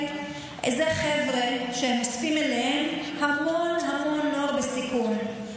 אלה חבר'ה שאוספים אליהם המון המון נוער בסיכון,